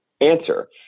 answer